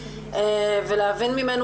ולהבין ממנו.